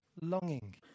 longing